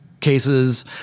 cases